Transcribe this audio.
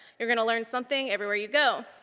you're gonna learn something everywhere you go.